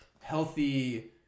healthy